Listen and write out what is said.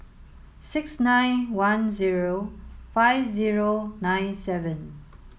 six nine one zero five zero nine seven